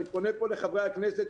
אני פונה כאן לחברי הכנסת,